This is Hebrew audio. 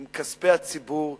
עם כספי הציבור שלנו?